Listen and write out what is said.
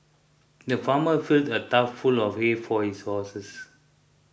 the farmer filled a though full of hay for his horses